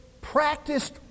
Practiced